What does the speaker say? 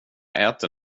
äter